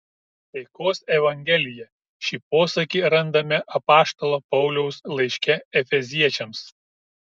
taikos evangelija šį posakį randame apaštalo pauliaus laiške efeziečiams